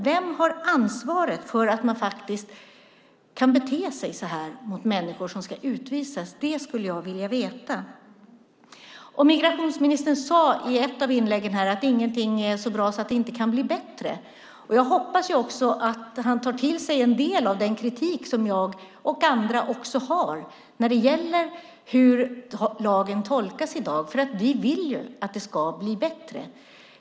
Vem har ansvaret för att man faktiskt kan bete sig så här mot människor som ska utvisas? Det skulle jag vilja veta. Migrationsministern sade i ett av inläggen här att ingenting är så bra att det inte kan bli bättre. Men jag hoppas att han tar till sig en del av den kritik som jag och andra har när det gäller hur lagen i dag tolkas. Vi vill ju att det ska bli bättre.